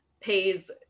pays